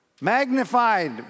magnified